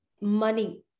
money